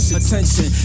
attention